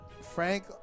Frank